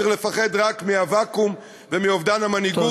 צריך לפחד רק מהוואקום ומאובדן המנהיגות